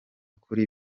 kuri